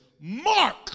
mark